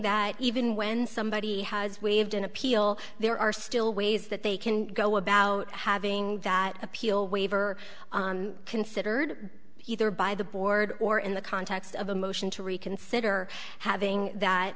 that even when somebody has waived an appeal there are still ways that they can go about having that appeal waiver considered either by the board or in the context of a motion to reconsider having